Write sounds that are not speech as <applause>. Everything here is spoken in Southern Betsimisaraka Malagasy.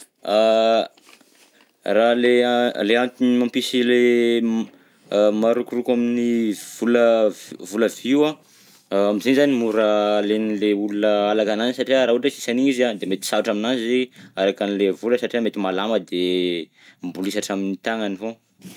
<hesitation> Raha le a- le antony mampisy le m- marokoroko amin'ny vola, vola vy io an, amizay zany mora alen'ilay olona alaka ananjy satria raha ohatra hoe sisy an'iny izy an de mety sarotra aminanjy alaka anle vola satria mety malama de mibolisatra amin'ny tagnany foagna.